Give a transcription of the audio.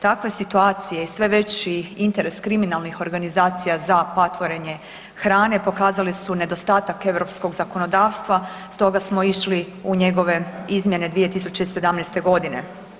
Takve situacije i sve veći interes kriminalnih organizacija za patvorenje hrane pokazale su nedostatak europskog zakonodavstva stoga smo išli u njegove izmjene 2017. godine.